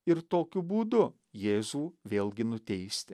ir tokiu būdu jėzų vėlgi nuteisti